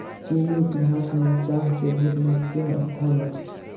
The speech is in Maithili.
चीनी इतिहास में चाह के बहुत महत्वपूर्ण स्थान अछि